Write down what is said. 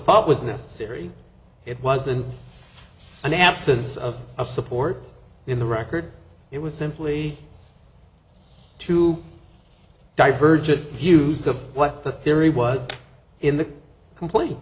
thought was necessary it wasn't an absence of of support in the record it was simply too divergent views of what the theory was in the compl